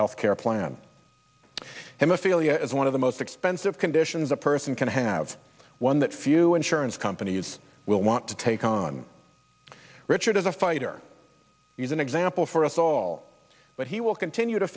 health care plan hemophilia as one of the most expensive conditions a person can have one that few insurance companies will want to take on richard as a fighter he's an example for us all but he will continue to